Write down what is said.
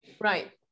Right